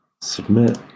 Submit